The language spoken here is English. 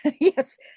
Yes